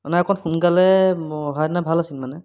নাই অকণ সোনকালে অহাহেঁতেনে ভাল আছিল মানে